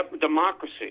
democracy